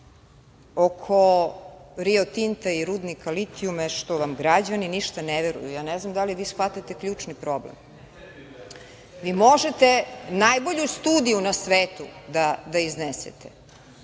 oko Rio Tinta i rudnika litujuma što vam građani niša ne veruju. Ja ne znam da li vi shvatate ključni problem. Vi možete najbolju studiju na svetu da iznesete,